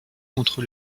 contre